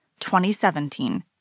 2017